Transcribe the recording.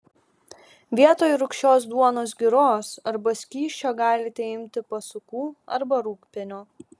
vietoj rūgščios duonos giros arba skysčio galite imti pasukų arba rūgpienio